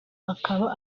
akaba